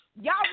Y'all